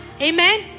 Amen